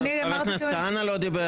אני אמרתי --- חבר הכנסת כהנא לא דיבר.